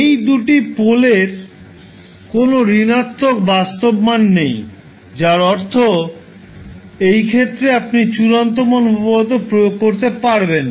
এই দুটি পোলের কোনও ঋণাত্মক বাস্তব মান নেই যার অর্থ এই ক্ষেত্রে আপনি চূড়ান্ত মান উপপাদ্য প্রয়োগ করতে পারবেন না